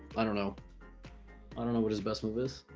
i don't know i don't know what his best move is